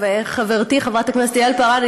חברתי חברת הכנסת יעל כהן-פארן,